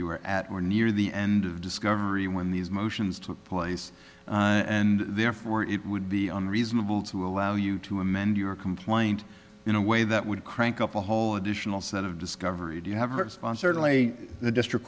you are at or near the end of discovery when these motions took place and therefore it would be unreasonable to allow you to amend your complaint in a way that would crank up a whole additional set of discovery do you have response certainly the district